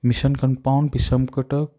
mission compound Bisham Cuttack